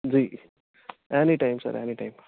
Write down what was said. ਜੀ any time sir any time